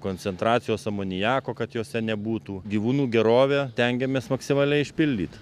koncentracijos amoniako kad jose nebūtų gyvūnų gerovę tengiamės maksimaliai išpildyt